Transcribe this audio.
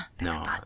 No